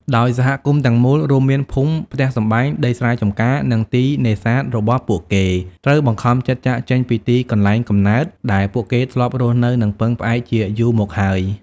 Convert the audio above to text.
ដោយសហគមន៍ទាំងមូល រួមមានភូមិ ផ្ទះសម្បែង ដីស្រែចម្ការ និងទីនេសាទរបស់ពួកគេ ត្រូវបង្ខំចិត្តចាកចេញពីទីកន្លែងកំណើតដែលពួកគេធ្លាប់រស់នៅ និងពឹងផ្អែកជាយូរមកហើយ។